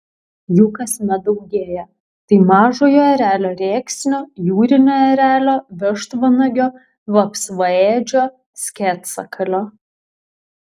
jų kasmet daugėja tai mažojo erelio rėksnio jūrinio erelio vištvanagio vapsvaėdžio sketsakalio